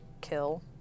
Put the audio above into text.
kill